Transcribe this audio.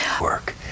work